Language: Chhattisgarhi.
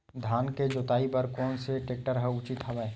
धान के जोताई बर कोन से टेक्टर ह उचित हवय?